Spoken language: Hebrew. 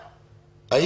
חום.